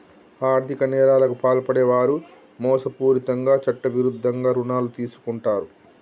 ఆర్ధిక నేరాలకు పాల్పడే వారు మోసపూరితంగా చట్టవిరుద్ధంగా రుణాలు తీసుకుంటరు